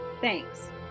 Thanks